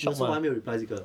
no so 我还没有 reply 这个